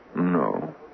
No